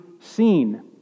seen